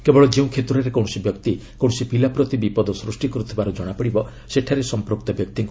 କେବଳ ଯେଉଁ କ୍ଷେତ୍ରରେ କୌଣସି ବ୍ୟକ୍ତି କୌଣସି ପିଲା ପ୍ରତି ବିପଦ ସୃଷ୍ଟି କରୁଥିବାର ଜଣାପଡ଼ିବ ସେଠାରେ ସମ୍ପୁକ୍ତ ବ୍ୟକ୍ତିକୁ ଅଲଗା ରଖାଯିବ